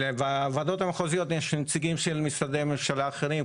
בוועדות המחוזית יש נציגים של משרדי ממשלה אחרים,